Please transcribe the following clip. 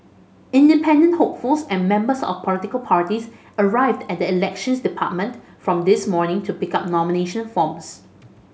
independent hopefuls and members of political parties arrived at the Elections Department from this morning to pick up nomination forms